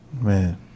Man